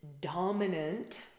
dominant